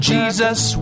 Jesus